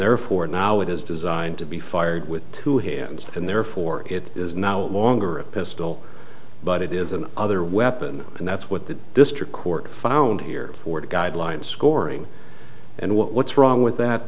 therefore now it is designed to be fired with two hands and therefore it is no longer a pistol but it is an other weapon and that's what the district court found here for guideline scoring and what's wrong with that